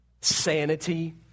sanity